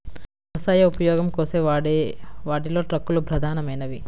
వ్యవసాయ ఉపయోగం కోసం వాడే వాటిలో ట్రక్కులు ప్రధానమైనవి